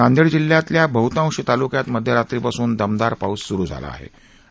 नांदेड जिल्ह्यातल्या बहतांश तालुक्यात मध्यरात्रीपासुन दमदार पाऊस सुरू झीला आहे आहे